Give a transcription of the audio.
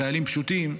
חיילים פשוטים,